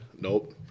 Nope